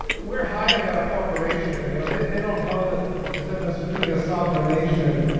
we're higher than a corporation. you know they they don't know the the difference between a sovereign nation